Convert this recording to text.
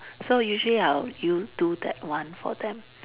so usually I would you do that one for them